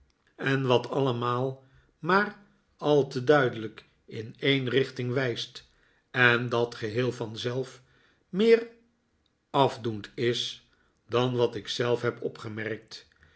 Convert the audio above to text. en wat allemaal maar al te duidelijk in een richting wijst en dat geheel vanzelf meer afdoend is dan wat ik zelf heb bpgemerkt